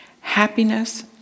Happiness